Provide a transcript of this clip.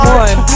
one